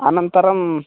अनन्तरं